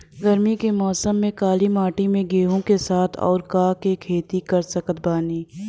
गरमी के मौसम में काली माटी में गेहूँ के साथ और का के खेती कर सकत बानी?